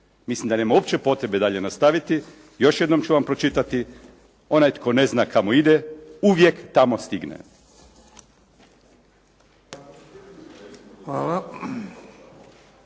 Mislim da nema uopće potrebe dalje nastaviti, još jednom ću vam pročitati: "Onaj tko ne zna kamo ide, uvijek tamo stigne.".